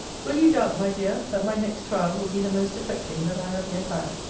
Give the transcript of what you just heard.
will you doubt, my dear, that my next trial will be the most affecting that i have yet had?